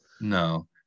No